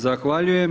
Zahvaljujem.